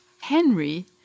Henry